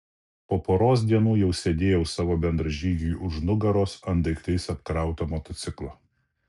po poros dienų jau sėdėjau savo bendražygiui už nugaros ant daiktais apkrauto motociklo